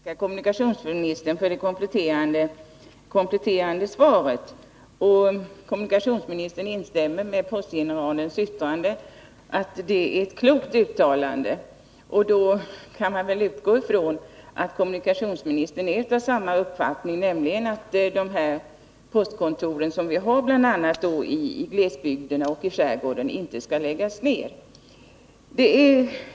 Herr talman! Jag ber att få tacka kommunikationsministern för det kompletterande svaret. Kommunikationsministern instämmer i postgeneralens yttrande och säger att det är ett klokt uttalande. Då kan man väl utgå från att kommunikationsministern är av samma uppfattning, nämligen att de postkontor som vi har bl.a. i glesbygderna och i skärgården inte skall läggas ner.